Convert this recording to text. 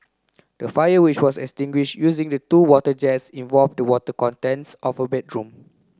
the fire which was extinguish using two water jets involved the contents of a bedroom